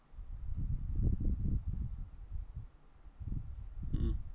mm